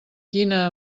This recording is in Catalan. quina